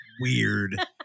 weird